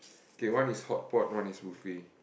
okay one is hotpot one is buffet